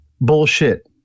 Bullshit